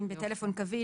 האם בטלפון קווי,